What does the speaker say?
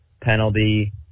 penalty